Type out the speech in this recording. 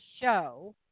show